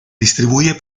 distribuye